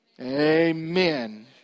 Amen